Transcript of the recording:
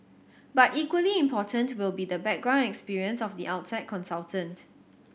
but equally important will be the background experience of the outside consultant